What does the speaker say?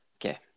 Okay